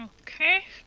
Okay